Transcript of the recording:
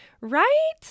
right